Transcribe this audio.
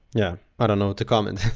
yeah. i don't know what to comment.